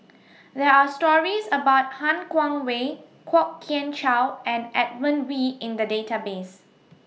There Are stories about Han Guangwei Kwok Kian Chow and Edmund Wee in The Database